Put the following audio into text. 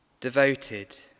devoted